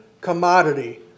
commodity